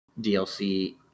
DLC